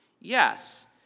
yes